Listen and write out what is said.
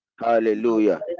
hallelujah